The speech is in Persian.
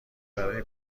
برای